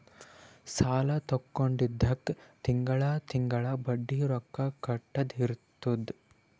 ಸಾಲಾ ತೊಂಡಿದ್ದುಕ್ ತಿಂಗಳಾ ತಿಂಗಳಾ ಬಡ್ಡಿ ರೊಕ್ಕಾ ಕಟ್ಟದ್ ಇರ್ತುದ್